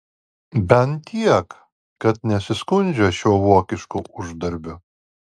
bent tiek kad nesiskundžia šiuo vokišku uždarbiu